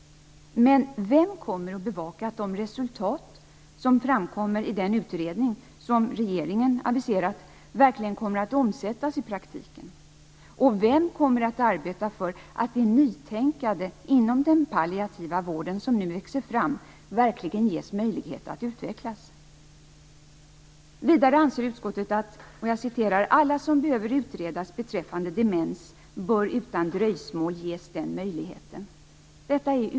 Men vem kommer att bevaka att de resultat som framkommer i den utredning som regeringen aviserat verkligen kommer att omsättas i praktiken? Och vem kommer att arbeta för att det nytänkande inom den palliativa vården som nu växer fram verkligen ges möjlighet att utvecklas? Vidare anser utskottet: "Alla som behöver utredas beträffande demens bör utan dröjsmål ges den möjligheten" . Detta är utmärkt.